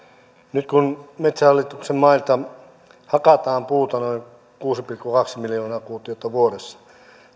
nyt kun metsähallituksen mailta hakataan puuta noin kuusi pilkku kaksi miljoonaa kuutiota vuodessa ja